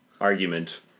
argument